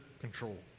control